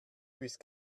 bist